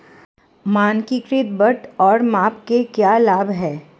मानकीकृत बाट और माप के क्या लाभ हैं?